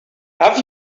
have